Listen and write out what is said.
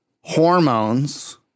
hormones